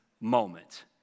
moment